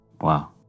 Wow